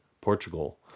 Portugal